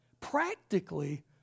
practically